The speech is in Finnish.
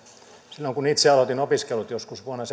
silloin kun itse aloitin opiskelut joskus vuonna